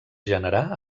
generar